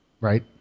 Right